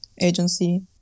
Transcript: agency